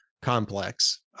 complex